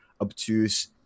obtuse